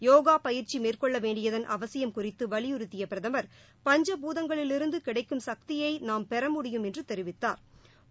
யோகா பயிற்சி மேற்கொள்ள வேண்டியதன் அவசியம் குறித்து வலியுறுத்திய பிரதம் பஞ்சபூதங்களிலிருந்து கிடைக்கும் சக்தியை நாம் பெற முடியும் என்று தெரிவித்தாா்